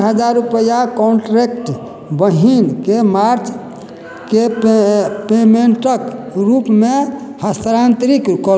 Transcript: तीन हजार रुपैआ कॉन्ट्रेक्ट बहिनके मार्चके पेमेंटक रूपमे हस्तांतरित करू